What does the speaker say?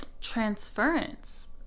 transference